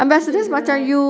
untuk negara lain